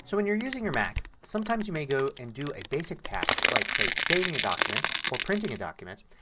so when you're using your mac sometimes you may go and do a basic task, like say saving a document or printing a document,